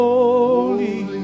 Holy